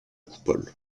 coupole